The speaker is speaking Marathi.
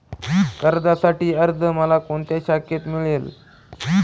कर्जासाठीचा अर्ज मला कोणत्या शाखेत मिळेल?